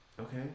Okay